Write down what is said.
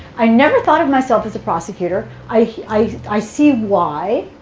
i never thought of myself as a prosecutor. i i see why.